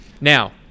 Now